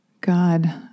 God